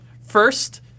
First